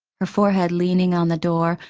her forehead leaning on the door,